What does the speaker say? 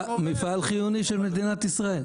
מפעל חיוני של מדינת ישראל.